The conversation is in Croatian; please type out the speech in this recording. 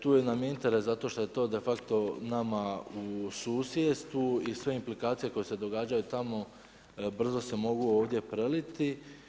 Tu nam je interes, zato što je to de facto nama u susjedstvu i sve implikacije koje se događaju tamo, brzo se mogu ovdje preliti.